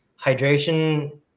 Hydration